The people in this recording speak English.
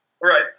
Right